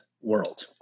world